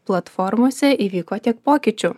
platformose įvyko tiek pokyčių